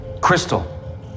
Crystal